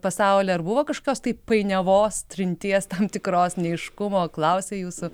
pasaulį ar buvo kažkokios tai painiavos trinties tam tikros neaiškumo klausė jūsų